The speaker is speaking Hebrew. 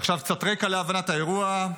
קצת רקע להבנת האירוע.